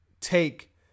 take